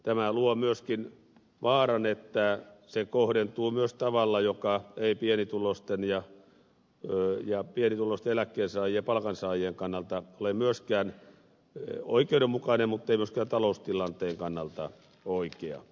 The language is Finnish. tämä luo myöskin vaaran että se kohdentuu myös tavalla joka ei pienituloisten eläkkeensaajien ja palkansaajien kannalta ole oikeudenmukainen mutta ei myöskään taloustilanteen kannalta oikea